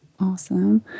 Awesome